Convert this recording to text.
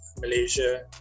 Malaysia